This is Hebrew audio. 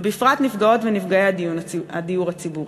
ובפרט נפגעות ונפגעי הדיור הציבורי.